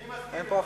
אני מסכים לוועדה.